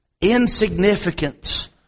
Insignificance